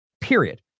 Period